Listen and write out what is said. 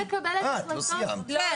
שנייה.